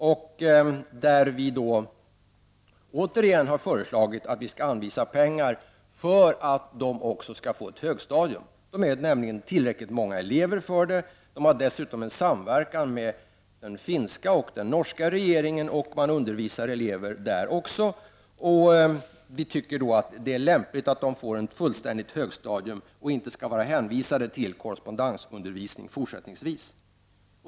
Vi har från centerpartiet återigen föreslagit att pengar anvisas för att skolan skall få ett högstadium. Det finns nämligen tillräckligt många elever för det. Dessutom sker samverkan med de finska och norska regeringarna — även elever från Finland och Norge undervisas vid skolan. Vi tycker att det är lämpligt att skolan får ett fullständigt högstadium och att eleverna inte skall vara hänvisade till korrespondensundervisning även i fortsättningen.